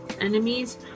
enemies